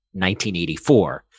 1984